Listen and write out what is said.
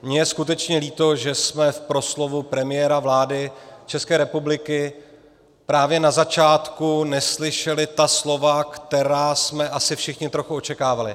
Mně je skutečně líto, že jsme v proslovu premiéra vlády České republiky právě na začátku neslyšeli ta slova, která jsme asi všichni trochu očekávali.